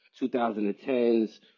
2010s